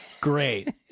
great